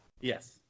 Yes